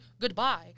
goodbye